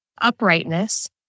uprightness